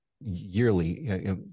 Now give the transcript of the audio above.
Yearly